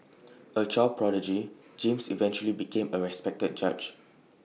A child prodigy James eventually became A respected judge